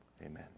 Amen